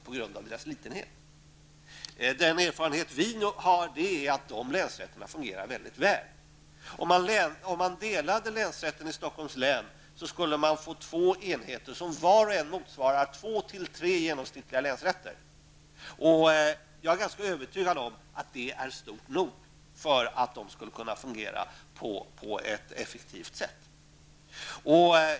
Vår erfarenhet är att de länsrätterna fungerar mycket väl. Om man delade länsrätten i Stockholms län skulle man få två enheter som var och en motsvarar två-- tre genomsnittliga länsrätter, och jag är ganska övertygad om att det är stort nog för att de skall kunna fungera på ett effektivt sätt.